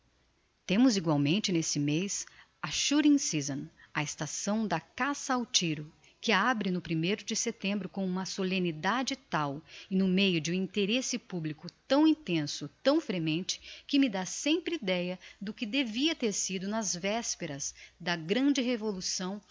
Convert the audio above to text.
temos igualmente n'este mez a shooting season a estação da caça ao tiro que abre no primeiro de setembro com uma solemnidade tal e no meio de um interesse publico tão intenso tão fremente que me dá sempre ideia do que devia ter sido nas vesperas da grande revolução